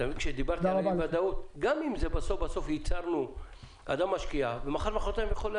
אתם מבינים שכדיברתי על האי הוודאות אדם משקיע ומחר-מחרתיים יכולה